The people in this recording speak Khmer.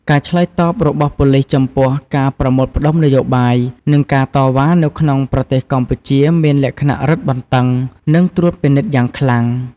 ការឆ្លើយតបរបស់ប៉ូលីសចំពោះ ការប្រមូលផ្តុំនយោបាយ និងការតវ៉ានៅក្នុងប្រទេសកម្ពុជាមានលក្ខណៈរឹតបន្តឹង និងត្រួតពិនិត្យយ៉ាងខ្លាំង។